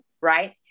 right